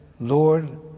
Lord